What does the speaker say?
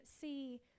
see